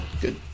Good